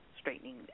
straightening